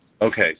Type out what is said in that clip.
Okay